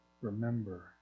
remember